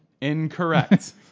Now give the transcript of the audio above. Incorrect